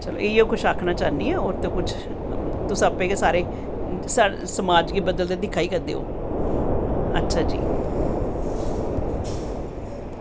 ते इयै कुछ आक्खना चाह्न्नी आं होर ते कुछ तुस आपें गै सारे तुस समाज गी बदलदा दिक्खा ई करदे ओ अच्छा जी